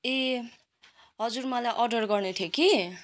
ए हजुर मलाई अर्डर गर्नु थियो कि